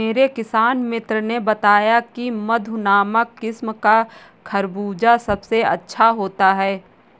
मेरे किसान मित्र ने बताया की मधु नामक किस्म का खरबूजा सबसे अच्छा होता है